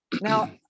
now